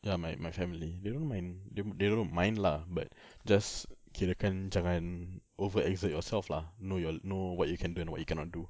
ya my my family they don't mind they they don't mind lah but just kirakan jangan over exert yourself lah know your what you can do and what you cannot do